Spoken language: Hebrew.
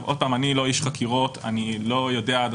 אני לא איש חקירות.